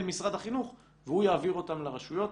משרד החינוך והוא יעביר אותם לרשויות.